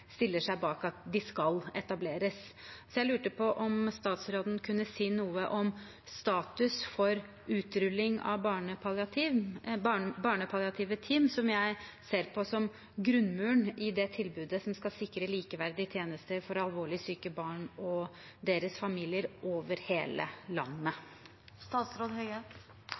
stiller seg bak at de skal etableres. Jeg lurte på om statsråden kunne si noe om status for utrulling av barnepalliative team, som jeg ser på som grunnmuren i det tilbudet som skal sikre likeverdige tjenester for alvorlig syke barn og deres familier over hele